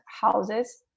houses